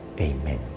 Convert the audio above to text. Amen